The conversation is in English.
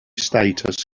status